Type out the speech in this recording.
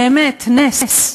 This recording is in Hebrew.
באמת, נס.